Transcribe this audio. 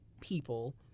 people